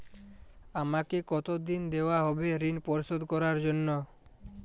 আমাকে কতদিন দেওয়া হবে ৠণ পরিশোধ করার জন্য?